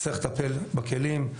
נצטרך לטפל בכלים,